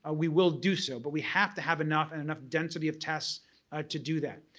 ah we will do so. but we have to have enough and enough density of tests to do that.